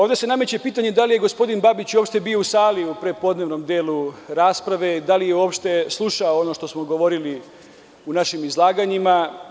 Ovde se nameće pitanje da li je gospodin Babić uopšte bio u sali u prepodnevnom delu rasprave, da li je uopšte slušao ono što smo govorili u našim izlaganjima.